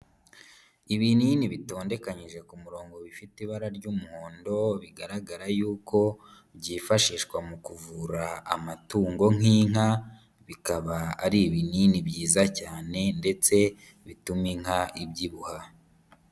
Ibinini bitondekanyije ku murongo bifite ibara ry'umuhondo bigaragara yuko byifashishwa mu kuvura amatungo nk'inka, bikaba ari ibinini byiza cyane ndetse bituma inka ibyibuha.